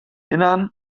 innern